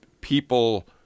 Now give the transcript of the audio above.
people